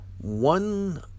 One